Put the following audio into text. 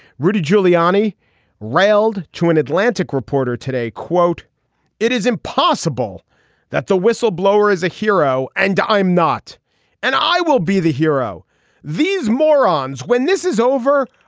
rudy giuliani railed to an atlantic reporter today quote it is impossible that the whistleblower is a hero and i i'm not and i will be the hero these morons when this is over.